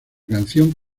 canción